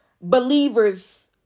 believers